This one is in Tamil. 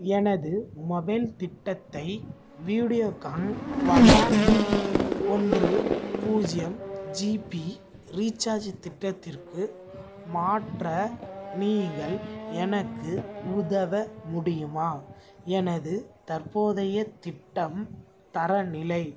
எனது மொபைல் திட்டத்தை வீடியோக்கான் வழங்கும் ஒன்று பூஜ்ஜியம் ஜிபி ரீசார்ஜ் திட்டத்திற்கு மாற்ற நீங்கள் எனக்கு உதவ முடியுமா எனது தற்போதைய திட்டம் தரநிலை